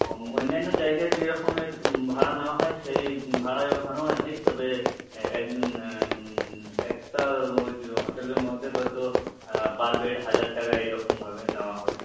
অন্যান্য জায়গায় যেরকমের ভাড়া নেওয়া হয় সেই ভাড়াই ওখানেও আছে তবে একটা হোটেলের মধ্যে হয়তো পার বেড হাজার টাকা এইরকমভাবে নেওয়া হয়